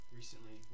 recently